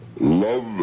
love